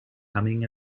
coming